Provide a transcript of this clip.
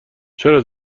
چرا